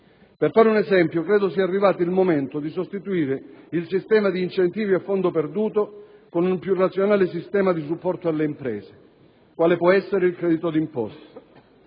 Per fare un esempio, credo sia arrivato il momento di sostituire il sistema di incentivi a fondo perduto con un più razionale sistema di supporto alle imprese, quale può essere il credito d'imposta.